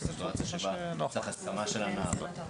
הסיטואציה שבה צריך את ההסכמה של הנער.